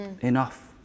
enough